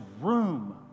room